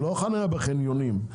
לא חנייה בחניונים,